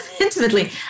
intimately